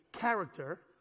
character